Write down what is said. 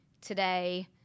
today